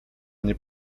nie